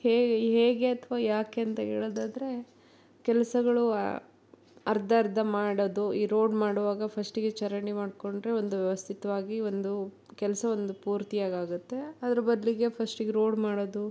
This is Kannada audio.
ಹೇಗೆ ಹೇಗೆ ಅಥವಾ ಯಾಕೆ ಅಂತ ಹೇಳೋದಾದ್ರೆ ಕೆಲಸಗಳು ಅರ್ಧರ್ಧ ಮಾಡೋದು ಈ ರೋಡ್ ಮಾಡುವಾಗ ಫಸ್ಟಿಗೆ ಚರಂಡಿ ಮಾಡಿಕೊಂಡ್ರೆ ಒಂದು ವ್ಯವಸ್ಥಿತವಾಗಿ ಒಂದು ಕೆಲಸ ಒಂದು ಪೂರ್ತಿಯಾಗಿ ಆಗುತ್ತೆ ಅದ್ರ ಬದಲಿಗೆ ಫಸ್ಟಿಗೆ ರೋಡ್ ಮಾಡೋದು